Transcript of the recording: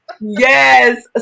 Yes